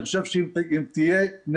אני